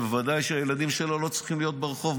ובוודאי שהילדים שלו לא צריכים להיות ברחוב.